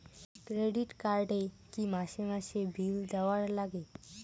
Credit card এ কি মাসে মাসে বিল দেওয়ার লাগে?